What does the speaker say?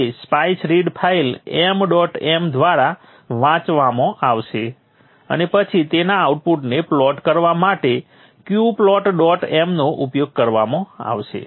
તે spice read file m dot m દ્વારા વાંચવામાં આવશે અને પછી તેમના આઉટપુટને પ્લોટ કરવા માટે q પ્લોટ ડોટ m નો ઉપયોગ કરવામાં આવશે